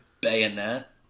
Bayonet